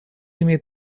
имеет